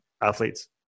athletes